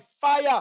fire